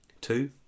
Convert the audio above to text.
Two